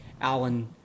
Alan